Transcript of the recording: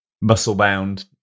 muscle-bound